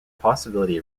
possibility